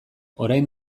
orain